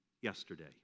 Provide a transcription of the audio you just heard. yesterday